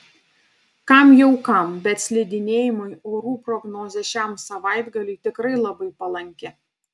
kam jau kam bet slidinėjimui orų prognozė šiam savaitgaliui tikrai labai palanki